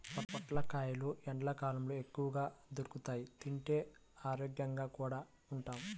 పొట్లకాయలు ఎండ్లకాలంలో ఎక్కువగా దొరుకుతియ్, తింటే ఆరోగ్యంగా కూడా ఉంటాం